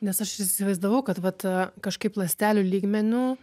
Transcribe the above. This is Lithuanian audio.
nes aš įsivaizdavau kad vat kažkaip ląstelių lygmeniu